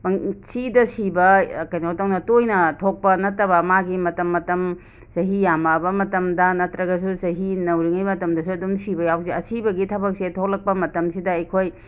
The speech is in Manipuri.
ꯄꯪꯁꯤꯗ ꯁꯤꯕ ꯀꯩꯅꯣ ꯇꯧꯅ ꯇꯣꯏꯅ ꯊꯣꯛꯄ ꯅꯠꯇꯕ ꯃꯥꯒꯤ ꯃꯇꯝ ꯃꯇꯝ ꯆꯍꯤ ꯌꯥꯃꯑꯕ ꯃꯇꯝꯗ ꯅꯇ꯭ꯔꯒꯁꯨ ꯆꯍꯤ ꯅꯧꯔꯤꯉꯩ ꯃꯇꯝꯗꯁꯨ ꯗꯨꯝ ꯁꯤꯕ ꯌꯥꯎꯖꯦ ꯑꯁꯤꯕꯒꯤ ꯊꯕꯛꯁꯦ ꯊꯣꯂꯛꯄ ꯃꯇꯝꯁꯤꯗ ꯑꯩꯈꯣꯏ